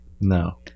No